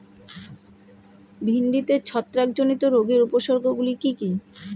ভিন্ডিতে ছত্রাক জনিত রোগের উপসর্গ গুলি কি কী?